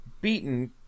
beaten